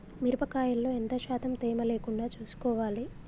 మిరప కాయల్లో ఎంత శాతం తేమ లేకుండా చూసుకోవాలి?